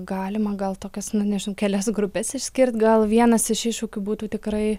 galima gal tokias nu nežinau kelias grupes išskirt gal vienas iš iššūkių būtų tikrai